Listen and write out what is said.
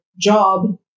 job